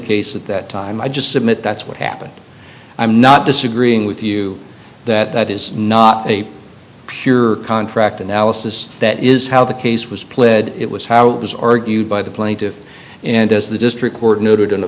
case at that time i just submit that's what happened i'm not disagreeing with you that that is not a pure contract analysis that is how the case was pled it was how it was argued by the plaintiffs and as the district court noted in a